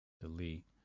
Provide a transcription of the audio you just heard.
Delete